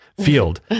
field